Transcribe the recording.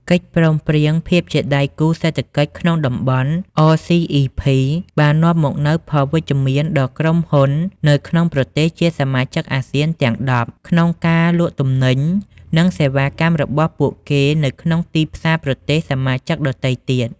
កិច្ចព្រមព្រៀងភាពជាដៃគូសេដ្ឋកិច្ចក្នុងតំបន់ អ សុី អុី ភី (RCEP) បាននាំមកនូវផលវិជ្ជមាន ដល់ក្រុមហ៊ុននៅក្នុងប្រទេសជាសមាជិកអាស៊ានទាំង ១០ក្នុងការលក់ទំនិញ និងសេវាកម្មរបស់ពួកគេនៅក្នុងទីផ្សារប្រទេសសមាជិកដទៃទៀត។